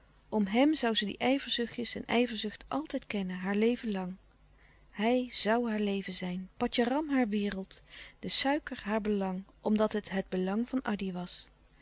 om hem zoû ze die ijverzuchtjes en ijverzucht altijd kennen haar leven lang hij zoû haar leven zijn patjaram haar wereld de suiker haar belang omdat het het belang van addy was